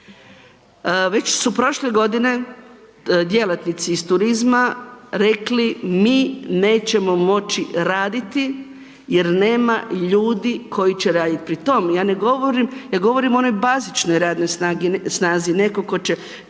Već su prošle godine djelatnici iz turizma rekli mi nećemo moći raditi jer nema ljudi koji će raditi. Pri tome, ja ne govorim, ja govorim o onoj bazičnoj radnoj snazi, netko tko će